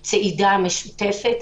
הצעידה המשותפת,